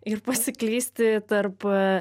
ir pasiklysti tarp